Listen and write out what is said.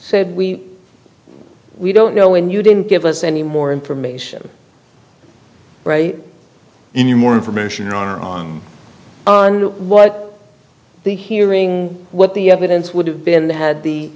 said we we don't know when you didn't give us any more information right in you more information are on what the hearing what the evidence would have been the had the